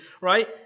right